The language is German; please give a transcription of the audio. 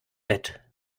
bett